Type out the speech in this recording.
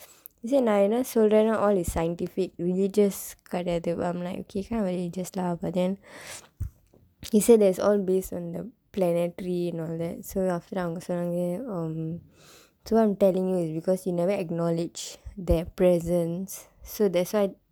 he say நா என்ன சொல்றேனா:naa ennaa solreenaa all is scientific religious கிடையாது:kidaiyaathu I'm like kind of religious lah but then he say that's all based on the planetary and all that so after that அவங்க சொன்னாங்க:avangka sonnaangka so what I'm telling you is because you never acknowledge their presence that's why